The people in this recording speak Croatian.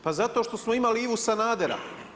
Pa zato što smo imali Ivu Sanadera.